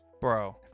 Bro